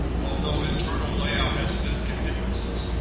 although internal layout had significant differences.